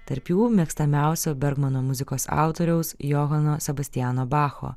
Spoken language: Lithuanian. tarp jų mėgstamiausio bergmano muzikos autoriaus johano sebastiano bacho